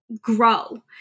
grow